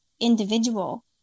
individual